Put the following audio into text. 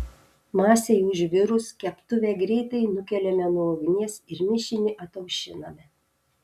masei užvirus keptuvę greitai nukeliame nuo ugnies ir mišinį ataušiname